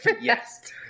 Yes